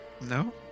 No